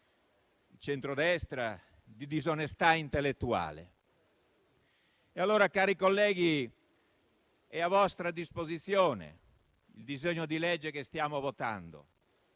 il centrodestra di disonestà intellettuale. Cari colleghi, è a vostra disposizione il testo del disegno di legge che stiamo votando.